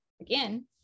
again